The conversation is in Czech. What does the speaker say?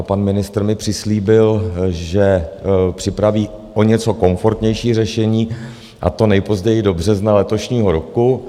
Pan ministr mi přislíbil, že připraví o něco komfortnější řešení, a to nejpozději do března letošního roku.